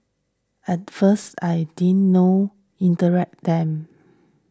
at first I didn't know interact them